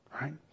right